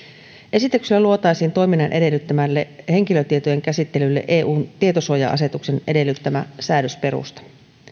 esityksellä luotaisiin toiminnan edellyttämälle henkilötietojen käsittelylle eun tietosuoja asetuksen edellyttämä säädösperusta